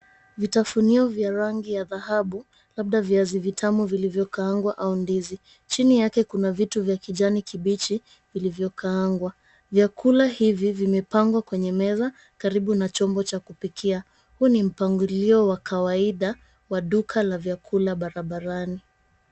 Vitafunio vya rangi ya dhahabu labda viazi vitamu vilivyokaangwa au ndizi, chini yake kuna vitu vya kijani kibichi vilivyokaangwa. Vyakula hivi vimepangwa kwenye meza karibu na chombo cha kupikia. Huu ni mpangilio wa kawaida wa duka la vyakula barabarani.